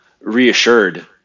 Reassured